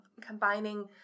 combining